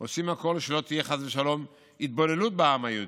עושים הכול כדי שלא תהיה חס ושלום התבוללות בעם היהודי.